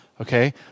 okay